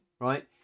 right